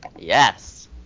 Yes